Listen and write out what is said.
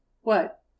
What